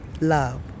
Love